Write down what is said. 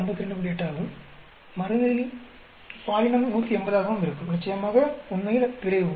8 ஆகவும் மருந்தில் பாலினம் 180 ஆகவும் இருக்கும் நிச்சயமாக உண்மையில் பிழை உள்ளது